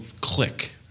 click